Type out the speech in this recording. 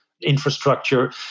infrastructure